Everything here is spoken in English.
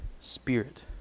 Spirit